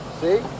See